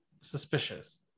suspicious